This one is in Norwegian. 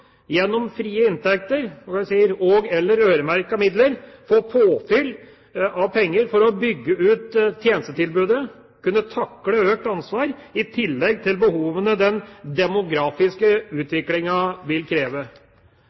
midler – få påfyll av penger for å bygge ut tjenestetilbudet, kunne takle økt ansvar, i tillegg til behovene den demografiske utviklingen vil kreve.